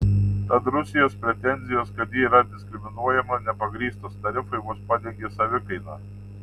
tad rusijos pretenzijos kad ji yra diskriminuojama nepagrįstos tarifai vos padengia savikainą